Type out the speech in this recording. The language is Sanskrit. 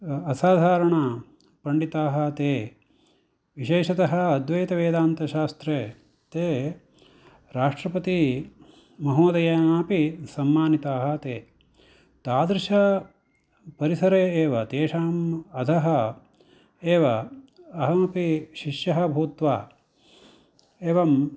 असाधारणपण्डिताः ते विशेषतः अद्वैतवेदान्तशास्त्रे ते राष्ट्रपति महोदयेनापि सम्मानिताः ते तादृशपरिसरे एव तेषाम् अधः एव अहमपि शिष्यः भूत्वा एवं